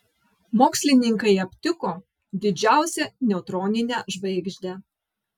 mokslininkai aptiko didžiausią neutroninę žvaigždę